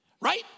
right